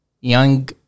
young